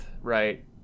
right